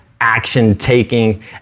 action-taking